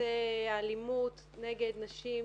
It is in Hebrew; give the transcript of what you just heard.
בנושא אלימות נגד נשים,